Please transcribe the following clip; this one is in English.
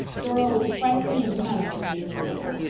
dora was frankly and manifestly miserable.